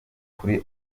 kuri